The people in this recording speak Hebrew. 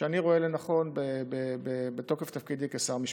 שאני רואה לנכון בתוקף תפקידי כשר המשפטים.